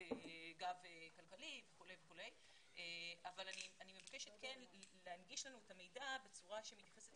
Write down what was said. גב כלכלי וכולי אבל אני מבקשת להנגיש לנו את המידע בצורה שמתייחסת